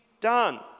done